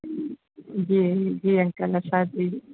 जी जी अंकल अछा जी